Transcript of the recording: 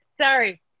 Sorry